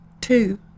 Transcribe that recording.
two